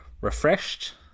refreshed